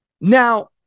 Now